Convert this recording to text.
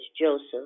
Joseph